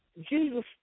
Jesus